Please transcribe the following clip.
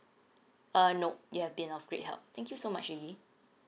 uh nope you have been of great help thank you so much lily